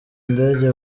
ndege